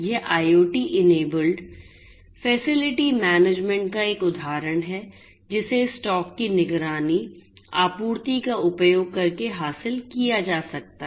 यह IoT enabled facility management का एक उदाहरण है जिसे स्टॉक की निगरानी आपूर्ति का उपयोग करके हासिल किया जा सकता है